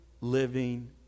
living